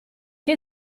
che